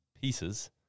pieces